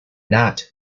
not